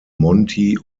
monty